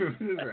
right